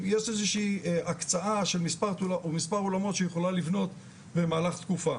יש איזושהי הקצאה של מספר אולמות שהיא יכולה לבנות במהלך תקופה.